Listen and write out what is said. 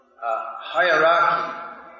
hierarchy